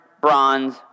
bronze